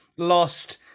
Lost